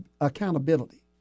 accountability